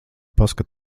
paskat